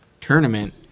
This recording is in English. tournament